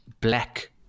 black